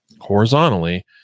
horizontally